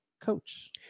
coach